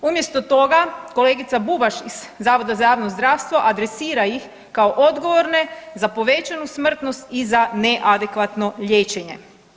Umjesto toga kolegica Bubaš iz Zavoda za javno zdravstvo adresira ih kao odgovorne za povećanu smrtnost i za neadekvatno liječenje.